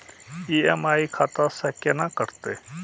EMI खाता से केना कटते?